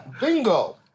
Bingo